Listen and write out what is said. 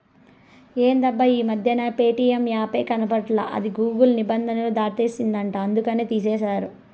ఎందబ్బా ఈ మధ్యన ప్యేటియం యాపే కనబడట్లా అది గూగుల్ నిబంధనలు దాటేసిందంట అందుకనే తీసేశారు